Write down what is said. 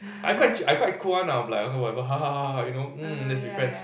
I quite ch~ I quite cool one lah but like okay whatever you know let's be friends